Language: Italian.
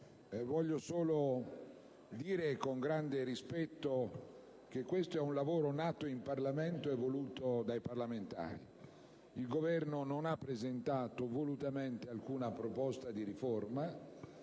voglio solo dire con grande rispetto che questo è un lavoro nato in Parlamento e voluto dai parlamentari. Il Governo non ha presentato, volutamente, alcuna proposta di riforma